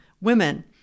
women